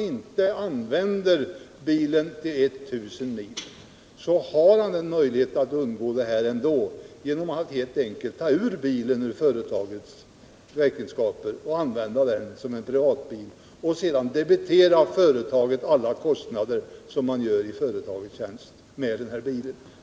inte använder bilen en sträcka på I 000 mil, har han ändå en möjlighet att helt enkelt ta ut bilen ur företagets räkenskaper och använda den som privatbil och sedan debitera företaget alla kostnader för användningen av bilen i företagets tjänst.